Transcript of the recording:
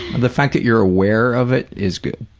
the fact that you're aware of it is good.